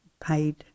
paid